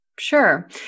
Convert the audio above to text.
Sure